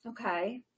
Okay